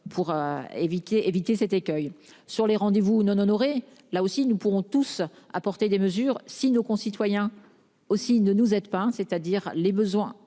éviter éviter cet écueil sur les rendez-vous non honorés, là aussi, nous pourrons tous apporter des mesures si nos concitoyens aussi ne nous aide pas hein. C'est-à-dire les besoins